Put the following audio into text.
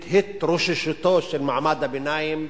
את התרוששותו של מעמד הביניים,